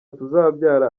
tuzabyara